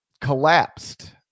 collapsed